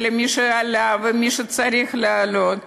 ולמי שעלה ולמי שצריך לעלות.